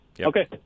Okay